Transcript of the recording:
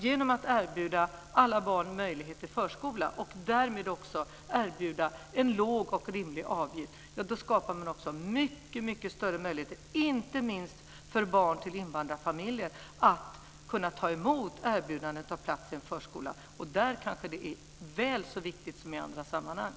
Genom att erbjuda alla barn en möjlighet till förskola, och därmed erbjuda en låg och rimlig avgift, skapar man mycket större möjligheter, inte minst för barn i invandrarfamiljer, att ta emot erbjudandet om en plats i förskolan. Där är det kanske väl så viktigt som i andra sammanhang.